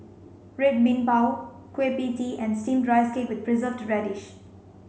red bean Bao Kueh pie tee and steamed rice cake with preserved radish